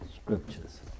Scriptures